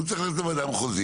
הוא צריך ללכת לוועדה המחוזית,